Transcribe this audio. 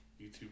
YouTube